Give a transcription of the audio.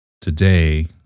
today